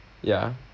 ya